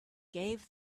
gave